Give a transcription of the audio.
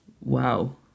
Wow